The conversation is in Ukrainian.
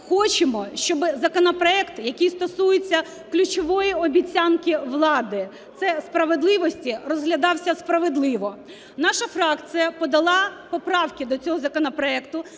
хочемо, щоб законопроект, який стосується ключової обіцянки влади – це справедливості, розглядався справедливо. Наша фракція подала поправки до цього законопроекту